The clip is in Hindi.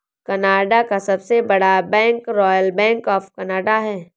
कनाडा का सबसे बड़ा bank royal bank of Canada है